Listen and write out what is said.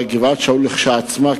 גבעת-שאול כשלעצמה,